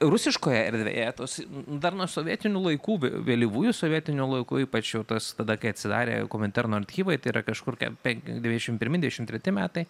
rusiškoje erdvėje tos dar nuo sovietinių laikų vė vėlyvųjų sovietinių laikų ypač jau tas tada kai atsidarė kominterno archyvai tai yra kažkur kem pen dvidešimt pirmi dvidešimt treti metai